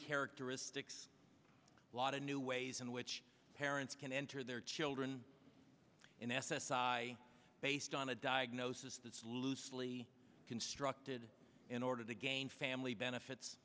characteristics a lot of new ways in which parents can enter their children in s s i based on a diagnosis that's loosely constructed in order to gain family benefits